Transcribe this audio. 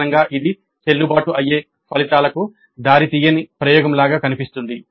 ప్రధానంగా ఇది చెల్లుబాటు అయ్యే ఫలితాలకు దారి తీయని ప్రయోగంలాగా కనిపిస్తుంది